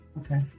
Okay